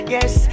Yes